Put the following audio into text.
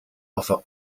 offer